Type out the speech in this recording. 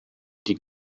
die